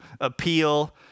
appeal